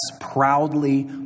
proudly